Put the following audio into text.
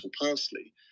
parsley